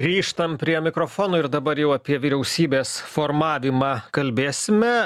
grįžtam prie mikrofono ir dabar jau apie vyriausybės formavimą kalbėsime